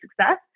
success